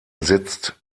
sitzt